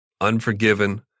Unforgiven